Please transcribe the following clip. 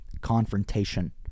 confrontation